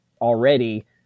already